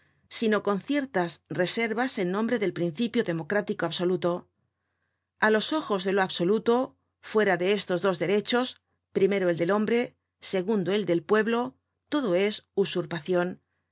sino con ciertas reservas en nombre del principio democrático absoluto a los ojos de lo absoluto fuera de estos dos derechos primero el del hombre segundo el del pueblo todo es usurpacion